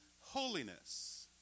holiness